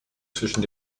zwischen